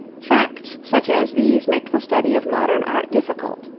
facts such as these make the study of modern art difficult.